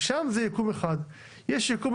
יש יקום ממשלתי